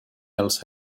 else